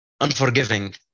unforgiving